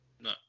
No